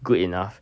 good enough